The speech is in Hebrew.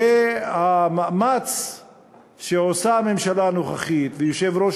והמאמץ שעושים הממשלה הנוכחית ויושב-ראש